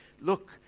Look